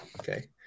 Okay